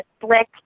slick